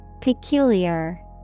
peculiar